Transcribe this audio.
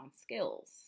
skills